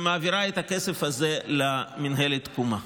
ומעבירה את הכסף הזה למינהלת תקומה.